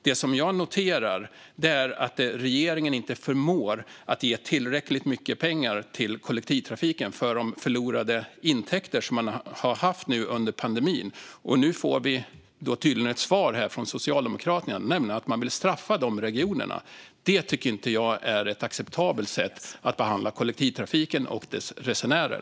Det som jag noterar är att regeringen inte förmår att ge tillräckligt mycket pengar till kollektivtrafiken för de förlorade intäkterna under pandemin. Nu får vi tydligen ett svar här från Socialdemokraterna, nämligen att man vill straffa de regionerna. Det tycker inte jag är ett acceptabelt sätt att behandla kollektivtrafiken och dess resenärer.